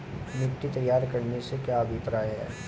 मिट्टी तैयार करने से क्या अभिप्राय है?